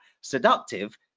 seductive